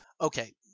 Okay